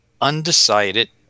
undecided